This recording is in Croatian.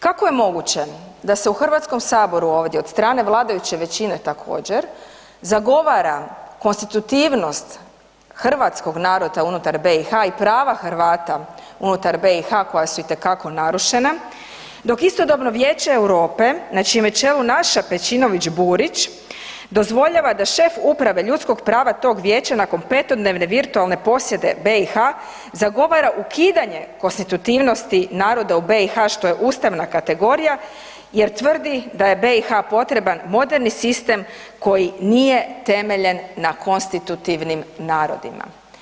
Kako je moguće da se u HS-u ovdje od strane vladajuće većine također, zagovara konstitutivnost hrvatskog naroda unutar BiH i prava Hrvata unutar BiH koja su itekako narušena, dok istodobno Vijeće Europe na čijem je čelu naša Pejčinović Burić dozvoljava da šef Uprave ljudskog prava tog vijeća nakon petodnevne virtualne posjete BiH zagovara ukidanje konstitutivnosti naroda u BiH što je ustavna kategorija jer tvrdi da je BiH potreban moderan sistem koji nije temeljen na konstitutivnim narodima.